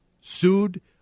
sued